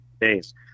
days